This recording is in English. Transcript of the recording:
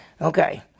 Okay